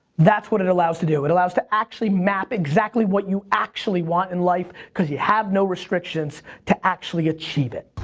that's what it allows to do, it allows to actually map exactly what you actually want in life cause you have no restrictions to actually achieve it.